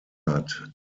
hat